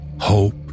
Hope